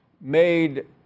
made